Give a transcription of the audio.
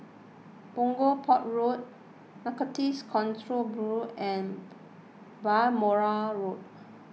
Punggol Port Road Narcotics Control Bureau and Balmoral Road